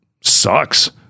sucks